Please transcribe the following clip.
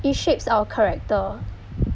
it shapes our character